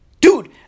Dude